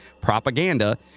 Propaganda